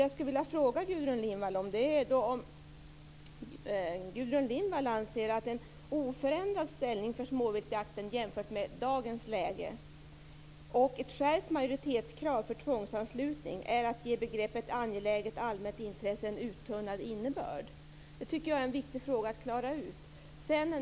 Jag skulle vilja fråga Gudrun Lindvall om hon anser att en oförändrad ställning för småviltsjakten och ett skärpt majoritetskrav för tvångsanslutning är att ge begreppet angeläget allmänt intresse en uttunnad innebörd. Jag tycker att det är en viktig fråga att klara ut.